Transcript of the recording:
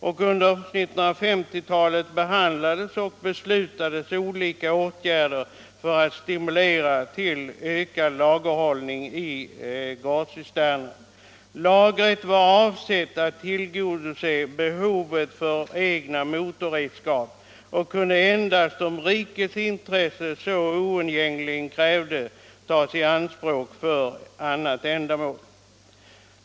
Under 1950-talet behandlades och beslutades olika åtgärder för att stimulera till ökad lagerhållning i gårdscisterner. Lagret var avsett att tillgodose behovet för egna motorredskap och kunde endast om rikets intresse så oundgängligen krävde tas i anspråk för annat ändamål.